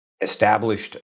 established